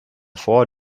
vor